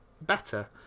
better